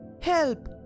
Help